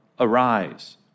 Arise